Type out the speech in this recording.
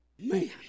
Man